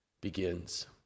begins